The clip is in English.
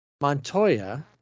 Montoya